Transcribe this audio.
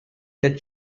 that